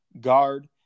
guard